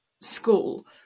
school